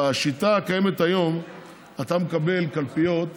בשיטה הקיימת היום אתה מקבל קלפיות לפי,